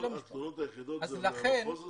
התלונות היחידות הן מהמחוז הזה?